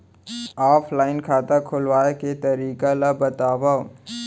Offline खाता खोलवाय के तरीका ल बतावव?